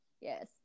Yes